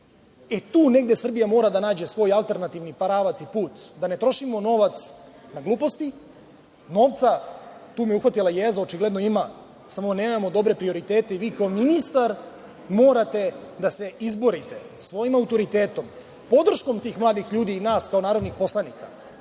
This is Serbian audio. Tu negde Srbija mora da nađe svoj alternativni pravac i put, da ne trošimo novac na gluposti. Novca, tu me uhvatila jeza, očigledno ima samo mi nemamo dobre prioritete i vi kao ministar morate da se izborite svojim autoritetom, podrškom tih mladih ljudi i nas kao narodnih poslanika